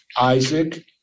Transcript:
Isaac